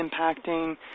impacting